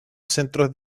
centros